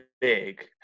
big